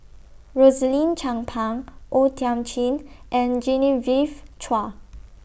Rosaline Chan Pang O Thiam Chin and Genevieve Chua